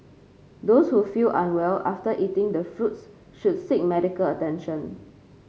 those who feel unwell after eating the fruits should seek medical attention